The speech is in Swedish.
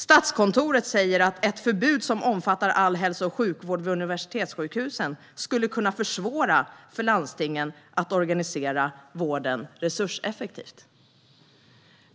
Statskontoret säger att ett förbud som omfattar all hälso och sjukvård vid universitetssjukhusen skulle kunna försvåra för landstingen att organisera vården resurseffektivt.